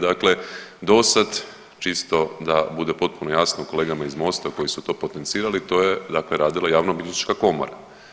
Dakle, do sad čisto da bude potpuno jasno kolegama iz MOST-a koji su to potencirali to je dakle radila Javnobilježnička komora.